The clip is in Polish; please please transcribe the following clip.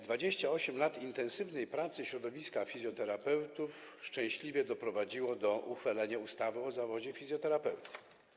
28 lat intensywnej pracy środowiska fizjoterapeutów szczęśliwie doprowadziło do uchwalenia ustawy o zawodzie fizjoterapeuty.